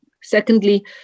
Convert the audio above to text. Secondly